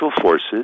forces